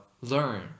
learn